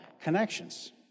connections